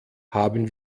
haben